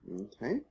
okay